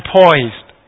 poised